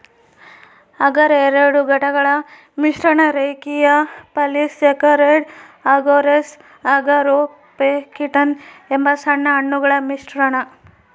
ಅಗರ್ ಎರಡು ಘಟಕಗಳ ಮಿಶ್ರಣ ರೇಖೀಯ ಪಾಲಿಸ್ಯಾಕರೈಡ್ ಅಗರೋಸ್ ಅಗಾರೊಪೆಕ್ಟಿನ್ ಎಂಬ ಸಣ್ಣ ಅಣುಗಳ ಮಿಶ್ರಣ